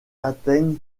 atteignent